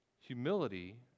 Humility